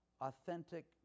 authentic